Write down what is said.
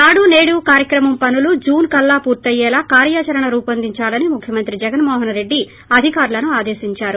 నాడు సేడు కార్యక్రమం పనులు జున్ కల్లా పూర్తయ్యేలా కార్యాచరణ రూపొందిందాలని ముఖ్యమంత్రి జగన్మోహన్ రెడ్డి అధికారులను ఆదేశిందారు